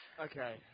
Okay